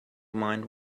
mind